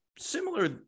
similar